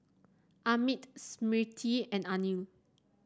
Amit Smriti and Anil